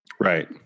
Right